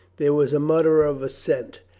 there was a mutter of assent.